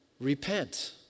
repent